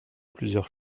plusieurs